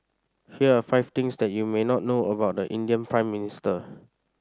here are five things that you may not know about the Indian Prime Minister